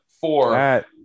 Four